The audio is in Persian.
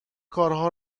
کارها